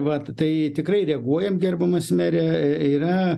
vat tai tikrai reaguojam gerbiamas mere yra